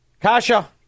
Kasha